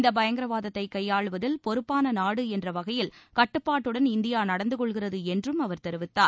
இந்த பயங்கரவாதத்தை கையாளுவதில் பொறுப்பான நாடு என்ற வகையில் கட்டுப்பாட்டுடன் இந்தியா நடந்து கொள்கிறது என்றும் அவர் தெரிவித்தார்